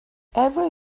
every